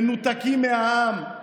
מנותקים מהעם.